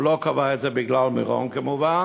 הוא לא קבע את זה בגלל מירון, כמובן,